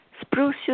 Spruce